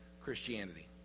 Christianity